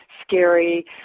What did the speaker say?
scary